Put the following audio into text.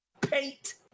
paint